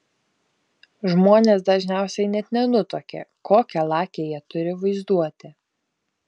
žmonės dažniausiai net nenutuokia kokią lakią jie turi vaizduotę